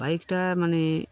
বাইকটা মানে